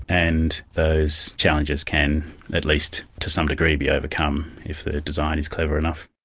and those challenges can at least to some degree be overcome if the design is clever enough.